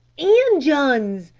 injuns!